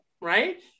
right